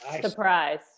Surprise